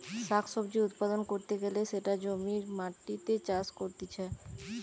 শাক সবজি উৎপাদন ক্যরতে গ্যালে সেটা জমির মাটিতে চাষ করতিছে